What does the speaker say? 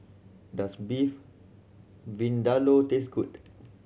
does Beef Vindaloo taste good